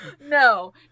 No